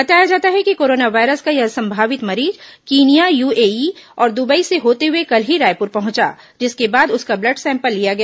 बताया जाता है कि कोरोना वायरस का यह संभावित मरीज कीनिया यूएई और दुबई से होते हुए कल ही रायपुर पहुंचा जिसके बाद उसका ब्लड सैंपल लिया गया